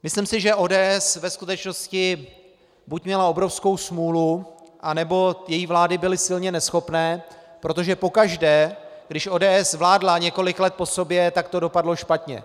Myslím si, že ODS ve skutečnosti buď měla obrovskou smůlu, anebo její vlády byly silně neschopné, protože pokaždé, když ODS vládla několik let po sobě, tak to dopadlo špatně.